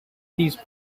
these